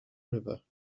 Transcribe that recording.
river